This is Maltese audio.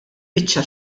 biċċa